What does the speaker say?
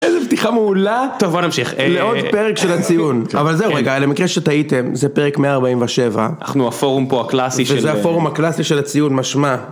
איזה פתיחה מעולה, טוב בוא נמשיך לעוד פרק של הציון, אבל זהו רגע למקרה שתהיתם זה פרק 147, אנחנו הפורום פה הקלאסי, שזה הפורום הקלאסי של הציון משמע.